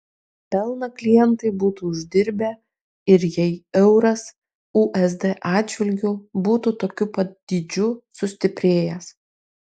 pelną klientai būtų uždirbę ir jei euras usd atžvilgiu būtų tokiu pat dydžiu sustiprėjęs